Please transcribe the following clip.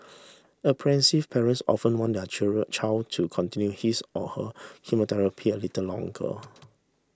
apprehensive parents often want their child to continue his or her chemotherapy a little longer